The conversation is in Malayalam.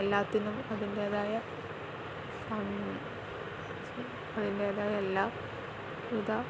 എല്ലാത്തിനും അതിൻററെേതായ അതിൻറേതായ എല്ലാ വിധ